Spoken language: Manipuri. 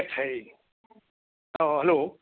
ꯏꯁꯩ ꯍꯜꯂꯣ